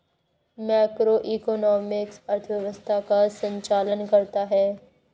macroeconomics अर्थव्यवस्था का संचालन करता है